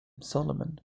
solomon